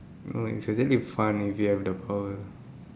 no is really fun if you have the power